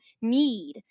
need